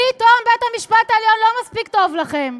פתאום בית-המשפט העליון לא מספיק טוב לכם.